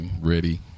ready